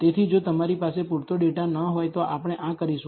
તેથી જો તમારી પાસે પૂરતો ડેટા ન હોય તો આપણે આ કરીશું